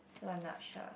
so I'm not sure